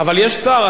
אבל יש שר.